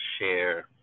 share